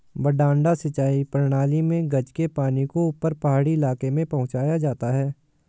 मडडा सिंचाई प्रणाली मे गज के पानी को ऊपर पहाड़ी इलाके में पहुंचाया जाता है